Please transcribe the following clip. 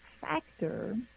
factor